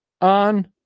on